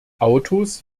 autos